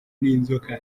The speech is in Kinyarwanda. n’inzoka